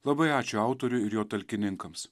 labai ačiū autoriui ir jo talkininkams